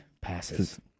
passes